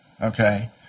Okay